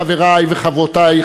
חברי וחברותי,